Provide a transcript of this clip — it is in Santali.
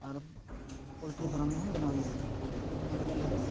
ᱟᱨ ᱯᱳᱞᱴᱨᱤ ᱯᱷᱟᱨᱟᱢ ᱦᱚᱸ ᱵᱮᱱᱟᱣ ᱦᱩᱭ ᱟᱠᱟᱱᱟ ᱚᱸᱰᱮ ᱜᱮ ᱟᱞᱮᱫᱚ